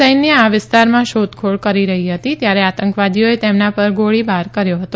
સૈન્ય આ વિસ્તારમાં શોધખોળ કરી રહી હતી ત્યારે આતંકવાદીઓએ તેમના પર ગોળીબાર કર્યો હતો